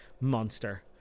monster